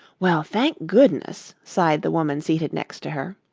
well, thank goodness, sighed the woman seated next to her,